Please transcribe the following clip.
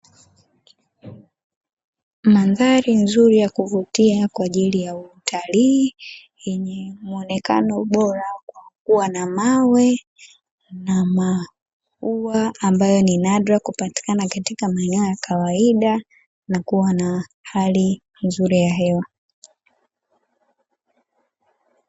Madhari nzuri ya kuvutia kwa ajili ya utalii, yenye muonekano bora kwa kuwa na mawe na maua ambayo ni nadra kupatikana katika maeneo ya kawaida, na kuwa na hali nzuri ya hewa.